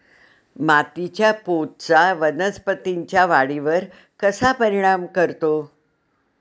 मातीच्या पोतचा वनस्पतींच्या वाढीवर कसा परिणाम करतो?